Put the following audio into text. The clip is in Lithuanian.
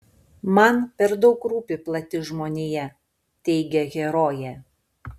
man per daug rūpi plati žmonija teigia herojė